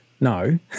No